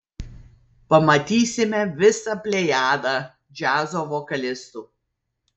pamatysime visą plejadą džiazo vokalistų